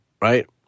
right